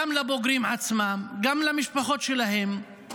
גם לבוגרים עצמם, גם למשפחות שלהם,